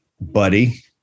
buddy